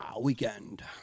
weekend